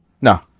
No